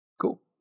Cool